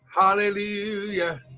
Hallelujah